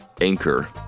Anchor